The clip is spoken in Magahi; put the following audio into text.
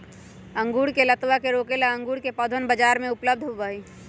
अंगूर के लतावा के रोके ला अंगूर के पौधवन बाजार में उपलब्ध होबा हई